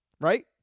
right